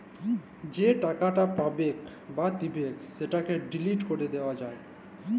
যে টাকাট পাবেক বা দিবেক সেটকে ডিলিট ক্যরে দিয়া যায়